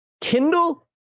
kindle